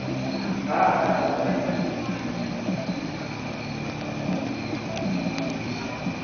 ᱦᱮᱸ ᱦᱮᱸ ᱠᱟᱱᱜᱮᱭᱟ